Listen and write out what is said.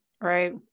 Right